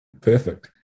Perfect